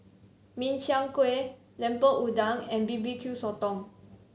Min Chiang Kueh Lemper Udang and bbq sotong